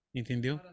entendeu